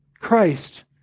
Christ